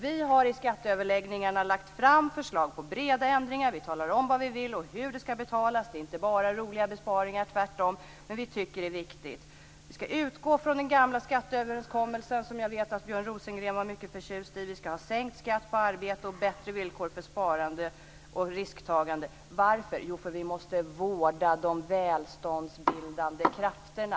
Vi har i skatteöverläggningarna lagt fram förslag på breda ändringar. Vi talar om vad vi vill och hur det skall betalas. Det är inte bara roliga besparingar - tvärtom - men vi tycker att det är viktigt. Vi skall utgå från den gamla skatteöverenskommelsen, som jag vet att Björn Rosengren var mycket förtjust i. Vi skall ha sänkt skatt på arbete och bättre villkor för sparande och risktagande. Varför? Jo, därför att vi måste vårda de välståndsbildande krafterna.